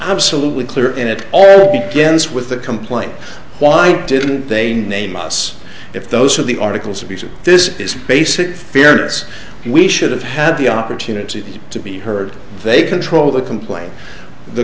absolutely clear and it all begins with the complaint why didn't they name us if those are the articles of use of this is basic fairness we should have had the opportunity to be heard they control the complain the